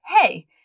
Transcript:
hey